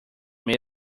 made